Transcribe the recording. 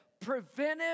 Preventive